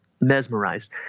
mesmerized